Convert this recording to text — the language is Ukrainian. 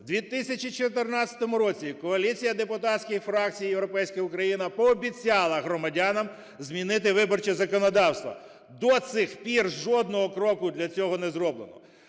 в 2014 році Коаліція депутатських фракцій "Європейська Україна" пообіцяла громадянам змінити виборче законодавство. До цих пір жодного кроку для цього не зроблено.